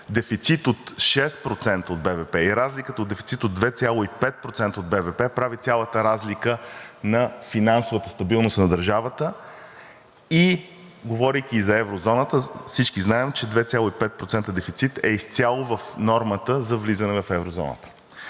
дефицит от 6% от БВП и разликата от дефицит от 2,5% от БВП прави цялата разлика на финансовата стабилност на държавата. Говорейки и за еврозоната, всички знаем, че 2,5% дефицит е изцяло в нормата за влизане в еврозоната.